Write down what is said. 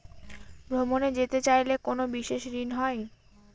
ভ্রমণে যেতে চাইলে কোনো বিশেষ ঋণ হয়?